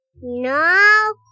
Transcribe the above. No